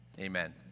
amen